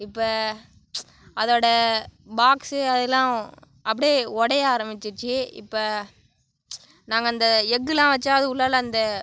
இப்போ அதோடய பாக்ஸு அதெலாம் அப்படியே உடைய ஆரமிச்சிச்சு இப்போ நாங்கள் அந்த எக்குலாம் வெச்சால் அது உள்ளாரால அந்த